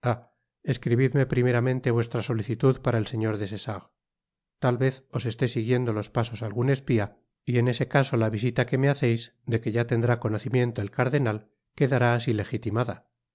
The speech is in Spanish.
escribidme primeramente vuestra solicitud para el señor des essarts tal vez os esté siguiendo los pasos algun espia y en ese caso la visita que me haceis de que ya tendrá conocimiento el cardenal quedará asi lejitimada